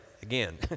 Again